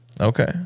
okay